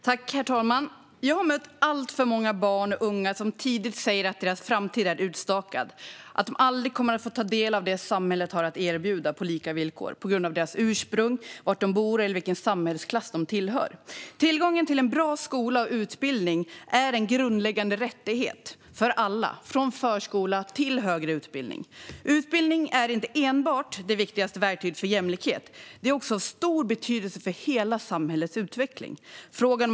Herr talman! Jag har mött alltför många barn och unga som tidigt säger att deras framtid är utstakad, att de aldrig kommer att få ta del av det samhället har att erbjuda på lika villkor på grund av deras ursprung, var de bor eller vilken samhällsklass de tillhör. Tillgång till en bra skola och utbildning är en grundläggande rättighet för alla, från förskola till högre utbildning. Utbildning är inte enbart det viktigaste verktyget för jämlikhet, det är också av stor betydelse för hela samhällets utveckling.